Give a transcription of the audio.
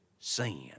sin